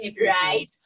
right